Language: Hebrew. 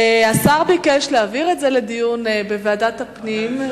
השר ביקש להעביר את זה לדיון בוועדת הפנים.